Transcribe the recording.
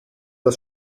das